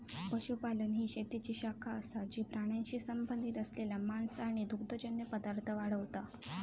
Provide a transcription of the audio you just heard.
पशुपालन ही शेतीची शाखा असा जी प्राण्यांशी संबंधित असलेला मांस आणि दुग्धजन्य पदार्थ वाढवता